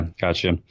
gotcha